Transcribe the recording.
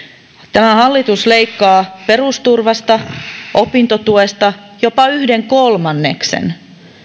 tämä hallitus leikkaa perusturvasta opintotuesta jopa yhden kolmanneksen